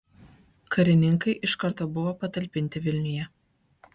karininkai iš karto buvo patalpinti vilniuje